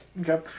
Okay